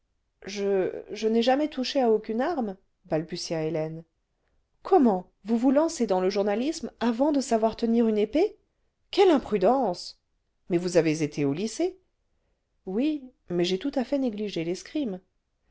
je je n'ai jamais touché à aucune arme balbutia hélène comment vous vous lancez dans le journalisme avant cle savoir tenir une épée quelle imprudence mais vous avez été au lycée oui niais j'ai tout à fait négligé l'escrime